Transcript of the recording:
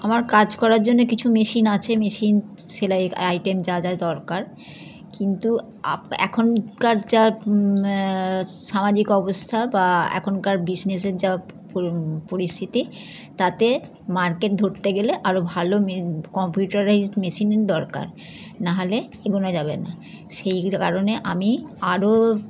আমার কাজ করার জন্য কিছু মেশিন আছে মেশিন সেলাইয়েক আইটেম যা যা দরকার কিন্তু আপ এখনকার যা সামাজিক অবস্থা বা এখনকার বিসনেসের যা পরিস্থিতি তাতে মার্কেট ধরতে গেলে আরো ভালো মে কম্পিউটারাইজড মেশিনের দরকার নাহলে এগোনো যাবে না সেইর কারণে আমি আরো